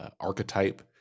archetype